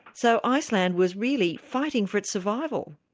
so iceland was really fighting for its survival?